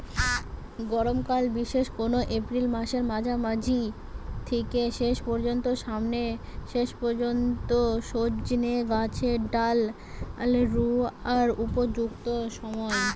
গরমকাল বিশেষ কোরে এপ্রিল মাসের মাঝামাঝি থিকে শেষ পর্যন্ত সজনে গাছের ডাল রুয়ার উপযুক্ত সময়